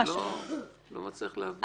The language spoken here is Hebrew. אני לא מצליח להבין.